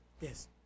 Yes